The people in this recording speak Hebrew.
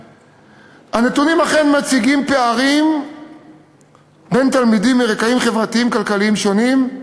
הנתונים אכן מציגים פערים בין תלמידים מרקעים חברתיים כלכליים שונים,